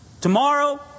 Tomorrow